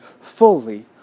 fully